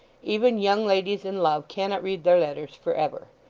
even young ladies in love cannot read their letters for ever.